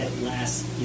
last